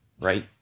right